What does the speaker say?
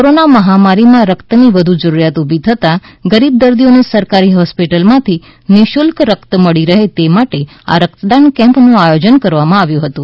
corona મહામારીમાં રક્તની વધુ જરૂરિયાત ઉભી થતાં ગરીબ દર્દીઓને સકકારી હોસ્પિટલોમાંથી નિઃશુલ્ક રક્ત મળી રહે તે માટે આ રક્તદાન કેમ્પનું આયોજન કરવામાં આવ્યું હતુ